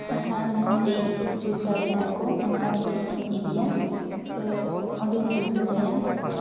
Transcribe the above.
ᱡᱟᱦᱟᱸᱭ ᱢᱤᱥᱛᱨᱤ ᱡᱩᱛ ᱫᱟᱲᱮᱭᱟᱜᱼᱟ ᱠᱚ ᱚᱱᱠᱟᱱᱤᱡ ᱴᱷᱮᱱ ᱤᱧ ᱤᱫᱤᱭᱟ ᱡᱮ ᱚᱸᱰᱮᱧ ᱡᱩᱛ ᱦᱚᱪᱚᱭᱟ